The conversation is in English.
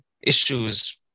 issues